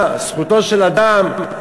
זכותו של אדם,